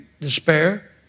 despair